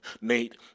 Nate